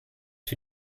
für